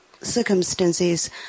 circumstances